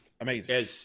Amazing